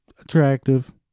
Attractive